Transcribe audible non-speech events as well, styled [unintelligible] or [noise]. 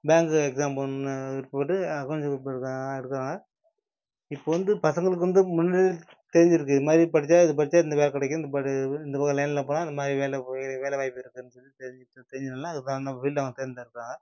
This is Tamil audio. பேங்க்கு எக்ஸாம் போகணும்னு விருப்பப்பட்டு அக்கௌண்ட்ஸ் க்ரூப் எடுக்கிறவங்க எடுக்கிறாங்க இப்போ வந்து பசங்களுக்கு வந்து முன்னாடியே தெரிஞ்சுருக்கு இதுமாதிரி படித்தா இது படித்தா இந்த வேலை கிடைக்கும் இந்த ப இந்த பக்கம் லைனில் போனால் இந்தமாதிரி வேலை [unintelligible] இது வேலை வாய்ப்பு இருக்குதுன்னு சொல்லி தெரிஞ்சு தெரிஞ்சவங்களாம் அதுக்கு தகுந்த ஃபீல்டை அவங்க தேர்ந்தெடுக்கிறாங்க